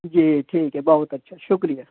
جی ٹھیک ہے بہت اچھا شکریہ